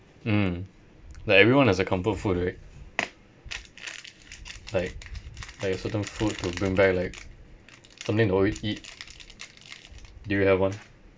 mm like everyone has a comfort food right like like a certain food to bring back like something you always eat do you have one